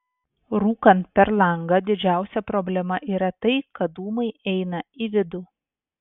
rūkant per langą didžiausia problema yra tai kad dūmai eina į vidų